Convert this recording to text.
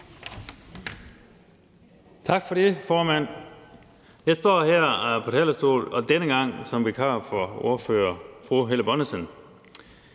Tak for det, formand. Jeg står her og er på talerstolen denne gang som vikar for vores ordfører, fru Helle Bonnesen.